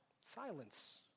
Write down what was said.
silence